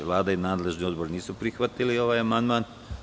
Vlada i nadležni odbor nisu prihvatili ovaj amandman.